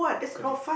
correct